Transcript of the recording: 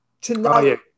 Tonight